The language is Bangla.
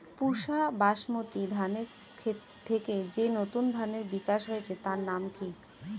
পুসা বাসমতি ধানের থেকে যে নতুন ধানের বিকাশ হয়েছে তার নাম কি?